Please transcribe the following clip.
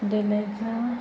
देलाइग्रा